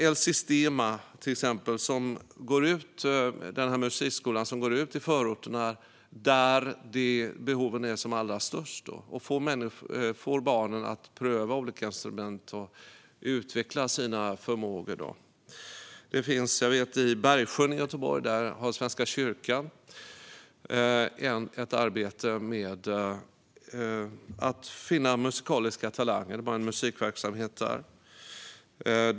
Ett exempel är El Sistema, en musikskola som går ut i förorterna, där behoven är som allra störst, och får barnen att pröva olika instrument och utveckla sina förmågor. I Bergsjön i Göteborg har Svenska kyrkan ett arbete med att finna musikaliska talanger - de har en musikverksamhet där.